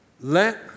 Let